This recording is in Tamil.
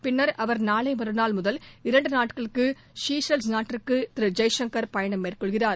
பின்னர் அவர் நாளை மறுநாள் முதல் இரண்டு நாட்களுக்கு செசல்ஸ் நாட்டிற்கு திரு ஜெய்சங்கர் பயணம் மேற்கொள்கிறார்